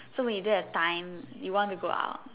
so when you don't have time you want to go out